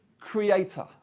creator